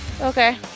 okay